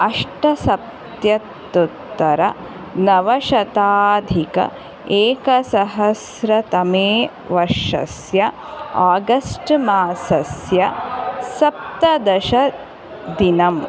अष्टसप्त्यत्तुत्तरनवशताधिक एकसहस्रतमे वर्षस्य आगस्ट् मासस्य सप्तदशदिनम्